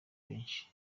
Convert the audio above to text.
benshi